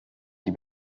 die